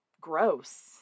gross